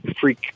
freak